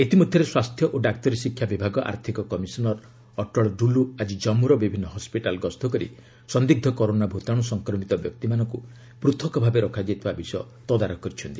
ଇତିମଧ୍ୟରେ ସ୍ୱାସ୍ଥ୍ୟ ଓ ଡାକ୍ତରୀ ଶିକ୍ଷା ବିଭାଗ ଆର୍ଥକ କମିଶନର୍ ଅଟଳ ଡୁଲ୍ ଆଜି କମ୍ମୁର ବିଭିନ୍ନ ହସ୍କିଟାଲ୍ ଗସ୍ତ କରି ସନ୍ଦିଗ୍ କରୋନା ଭତାଣ୍ର ସଂକ୍ରମିତ ବ୍ୟକ୍ତିମାନଙ୍କ ପ୍ରଥକ ଭାବେ ରଖାଯାଇଥିବା ବିଷୟ ତଦାରଖ କରିଛନ୍ତି